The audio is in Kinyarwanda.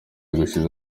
gushize